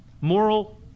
moral